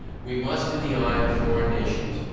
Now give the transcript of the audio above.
we must, in the eye of foreign nations,